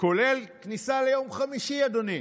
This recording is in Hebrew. כולל כניסה ליום חמישי, אדוני,